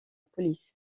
police